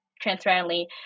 transparently